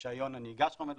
רישיון הנהיגה שלך עומד לפוג,